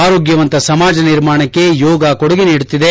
ಆರೋಗ್ಯವಂತ ಸಮಾಜ ನಿರ್ಮಾಣಕ್ಕೆ ಯೋಗ ಕೊಡುಗೆ ನೀಡುತ್ತಿದೆ